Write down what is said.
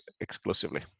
exclusively